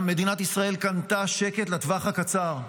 מדינת ישראל קנתה שקט לטווח הקצר.